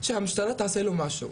המשטרה תעשה לו משהו.